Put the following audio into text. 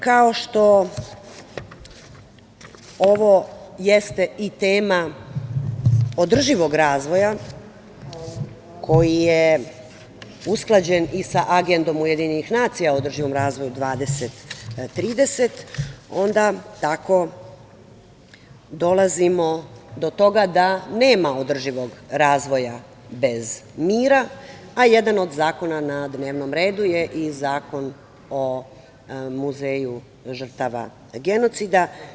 Kao što ovo jeste i tema održivog razvoja koji je usklađene sa Agendom UN o održivom razvoju 2030, onda tako dolazimo do toga da nema održivog razvoja bez mira, a jedan od zakona na dnevnom redu je i Zakon o muzeju žrtava genocida.